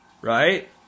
right